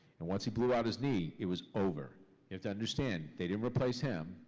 and once he blew out his knee, it was over. you have to understand, they didn't replace him,